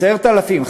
10,000,